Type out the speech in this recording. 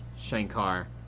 Shankar